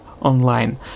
online